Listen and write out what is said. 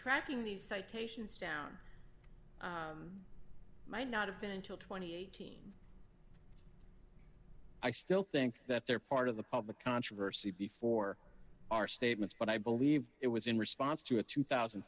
tracking these citations down might not have been until two thousand and eighteen i still think that they're part of the public controversy before our statements but i believe it was in response to a two thousand